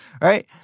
Right